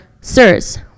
Sirs